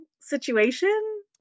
situation